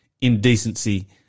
indecency